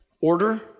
Order